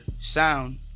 sound